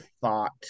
thought